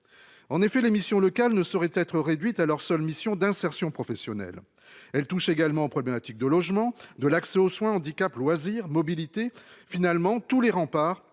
En effet, les missions locales ne saurait être réduite à leur seule mission d'insertion professionnelle. Elle touche également problématique de logement de l'accès aux soins handicap Loisirs Mobilité finalement tous les remparts